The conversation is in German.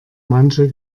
manche